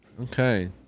Okay